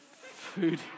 Food